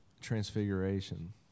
transfiguration